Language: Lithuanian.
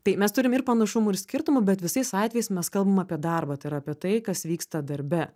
tai mes turime ir panašumų ir skirtumų bet visais atvejais mes kalbam apie darbą tai yra apie tai kas vyksta darbe